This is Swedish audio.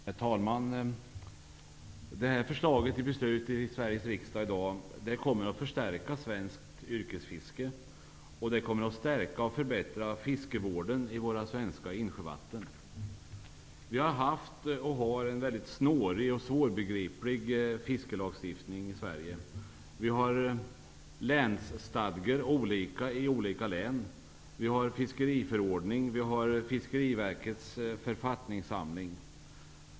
Herr talman! Detta förslag som vi i dag fattar beslut om i Sveriges riksdag kommer att förstärka svenskt yrkesfiske, och det kommer att stärka och förbättra fiskevården i våra svenska insjövatten. Vi har haft och har en väldigt snårig och svårbegriplig fiskelagstiftning i Sverige. Vi har olika länsstadgor i olika län. Vi har fiskeriförordningen och Fiskeriverkets författningssamling.